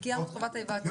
קיימנו את חובת ההיוועצות.